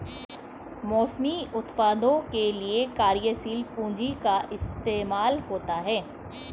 मौसमी उत्पादों के लिये कार्यशील पूंजी का इस्तेमाल होता है